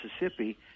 Mississippi